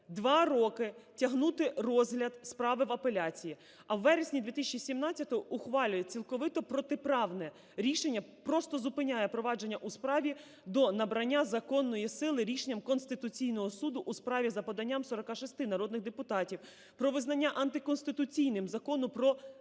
2 роки тягнути розгляд справи в апеляції, а в вересні 2017 ухвалює цілковито протиправне рішення – просто зупиняє провадження у справі до набрання законної сили рішенням Конституційного Суду у справі за поданням 46 народних депутатів про визнання антиконституційним Закону про